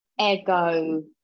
Ego